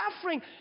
suffering